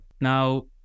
Now